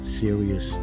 serious